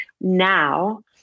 now